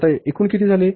तर आता एकूण किती झाले